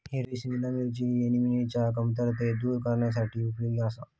हिरवी सिमला मिरची ऍनिमियाची कमतरता दूर करण्यासाठी उपयोगी आसा